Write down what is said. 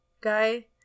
guy